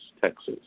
Texas